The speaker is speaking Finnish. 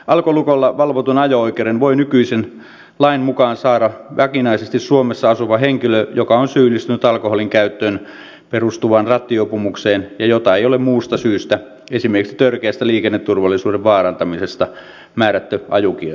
alkolukolla valvotun ajo oikeuden voi nykyisen lain mukaan saada vakinaisesti suomessa asuva henkilö joka on syyllistynyt alkoholin käyttöön perustuvaan rattijuopumukseen ja jota ei ole muusta syystä esimerkiksi törkeästä liikenneturvallisuuden vaarantamisesta määrätty ajokieltoon